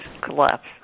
collapse